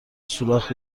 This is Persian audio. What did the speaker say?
سوراخ